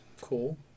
cool